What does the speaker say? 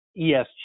ESG